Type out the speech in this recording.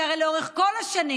כי הרי לאורך כל השנים,